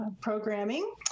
programming